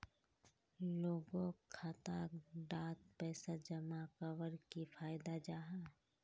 लोगोक खाता डात पैसा जमा कवर की फायदा जाहा?